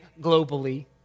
globally